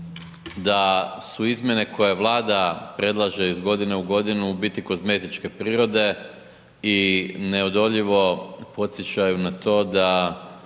da su izmjene koje Vlada predlaže iz godine u godinu u biti kozmetičke prirode i neodoljivo podsjećaju na to se